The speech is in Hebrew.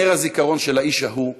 נר הזיכרון של האיש ההוא,